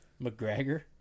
McGregor